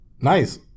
Nice